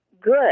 good